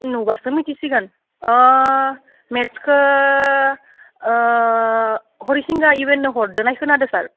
नुबासो मिथिसिगोन अ मेथ्सखौ हरिसिङा इउएननो हरदों होनना खोनादों सार